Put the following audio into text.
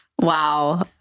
Wow